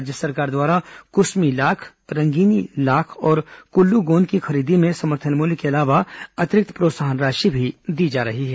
राज्य सरकार द्वारा कुसमी लाख रंगीनी लाख और कुल्लू गोंद की खरीदी में समर्थन मूल्य के अलावा अतिरिक्त प्रोत्साहन राशि भी दी जा रही है